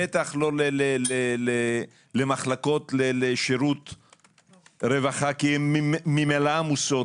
בטח לא למחלקות לשירות רווחה, כי הן ממילא עמוסות.